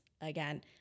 Again